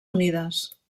unides